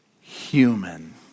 human